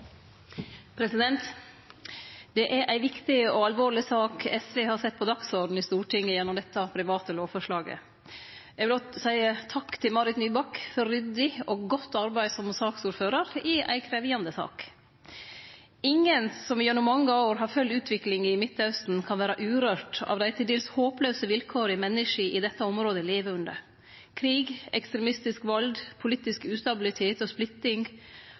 Det er ei viktig og alvorleg sak SV har sett på dagsordenen i Stortinget gjennom dette private lovforslaget. Eg vil også seie takk til Marit Nybakk for ryddig og godt arbeid som saksordførar i ei krevjande sak. Ingen som gjennom mange år har følgt utviklinga i Midtausten, kan vere urørt av dei til dels håplause vilkåra menneska i dette området lever under. Krig, ekstremistisk vald, politisk ustabilitet og splitting